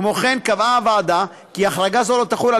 כמו כן קבעה הוועדה כי החרגה זו לא תחול על